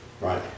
right